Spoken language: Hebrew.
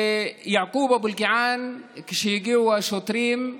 ויעקוב אבו אלקיעאן, כשהגיעו השוטרים,